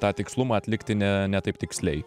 tą tikslumą atlikti ne ne taip tiksliai